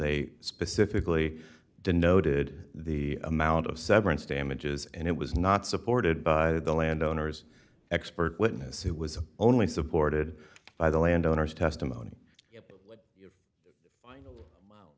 they specifically denoted the amount of severance damages and it was not supported by the landowners expert witness who was only supported by the landowners testimony